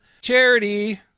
Charity